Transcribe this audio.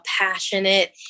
passionate